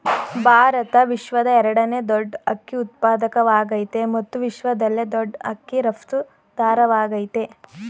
ಭಾರತ ವಿಶ್ವದ ಎರಡನೇ ದೊಡ್ ಅಕ್ಕಿ ಉತ್ಪಾದಕವಾಗಯ್ತೆ ಮತ್ತು ವಿಶ್ವದಲ್ಲೇ ದೊಡ್ ಅಕ್ಕಿ ರಫ್ತುದಾರವಾಗಯ್ತೆ